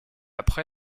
après